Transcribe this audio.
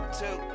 two